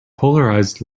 polarized